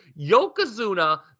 Yokozuna